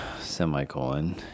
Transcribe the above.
semicolon